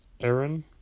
Aaron